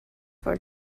for